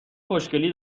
خوشگلی